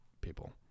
people